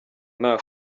nta